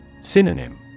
Synonym